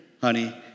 honey